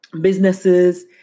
businesses